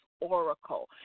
oracle